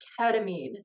ketamine